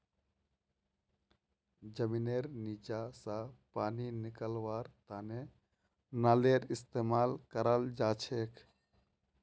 जमींनेर नीचा स पानी निकलव्वार तने नलेर इस्तेमाल कराल जाछेक